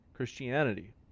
Christianity